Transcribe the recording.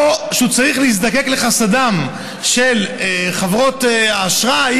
או שהוא צריך להזדקק לחסדן של חברות האשראי